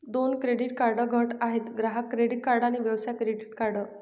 दोन credit card गट आहेत, ग्राहक क्रेडिट कार्ड आणि व्यवसाय क्रेडिट कार्ड